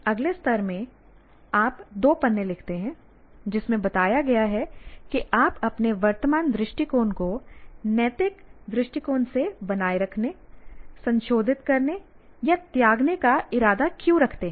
अगले स्तर में आप दो पन्ने लिखते हैं जिसमें बताया गया है कि आप अपने वर्तमान दृष्टिकोण को नैतिक दृष्टिकोण से बनाए रखने संशोधित करने या त्यागने का इरादा क्यों रखते हैं